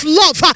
love